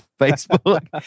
Facebook